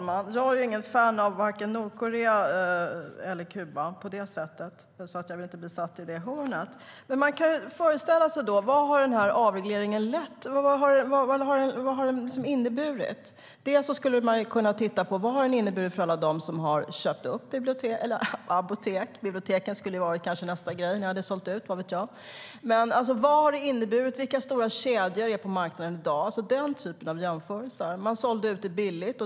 STYLEREF Kantrubrik \* MERGEFORMAT Apoteks och läkemedelsfrågorVad har avregleringen inneburit? Man skulle kunna titta på vad den inneburit för alla dem som har köpt upp apotek. Vilka stora kedjor är på marknaden i dag? Man skulle kunna göra den typen av jämförelser. Man sålde ut det billigt.